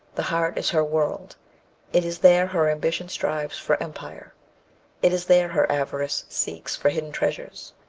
the heart is her world it is there her ambition strives for empire it is there her avarice seeks for hidden treasures.